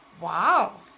Wow